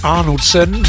Arnoldson